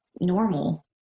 normal